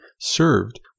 served